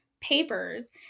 papers